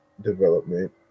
development